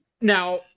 Now